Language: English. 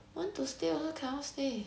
want to stay also cannot stay